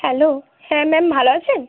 hello হ্যাঁ ma'am ভালো আছেন